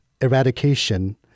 eradication